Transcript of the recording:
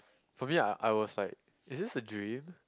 for me I I was like is this a dream